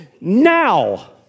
now